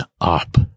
up